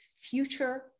future